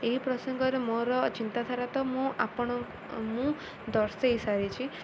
ଏହି ପ୍ରସଙ୍ଗରେ ମୋର ଚିନ୍ତାଧାରା ତ ମୁଁ ଆପଣ ମୁଁ ଦର୍ଶାଇ ସାରିଛି